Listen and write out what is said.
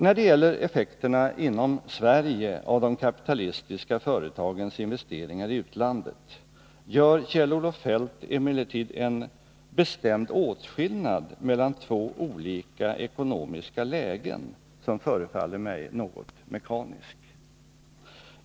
När det gäller effekterna inom Sverige av de kapitalistiska företagens investeringar i utlandet gör Kjell-Olof Feldt emellertid en bestämd åtskillnad mellan två olika ekonomiska lägen som förefaller mig något mekanisk.